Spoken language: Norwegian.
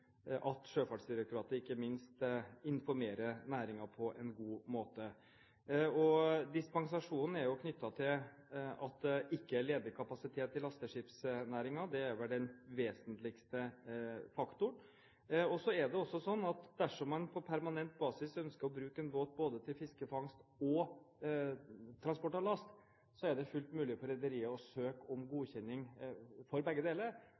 at Sjøfartsdirektoratet informerer næringen på en god måte. Dispensasjonen er jo knyttet til at det ikke er ledig kapasitet i lasteskipsnæringen. Det er vel den vesentligste faktoren. Så er det også sånn at dersom man på permanent basis ønsker å bruke en båt både til fiske og fangst og transport av last, er det fullt mulig for rederiet å søke om godkjenning for begge deler.